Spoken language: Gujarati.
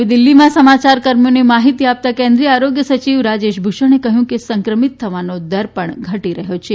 નવી દીલ્ફીમાં સમાચારકર્મીઓને માહીતી આપતા કેન્દ્રિય આરોગ્ય સચિવ રાજેશ ભૂષણે કહ્યું કે સંક્રમિત થવાનો દર પણ ઘટી રહ્યો છે